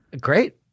great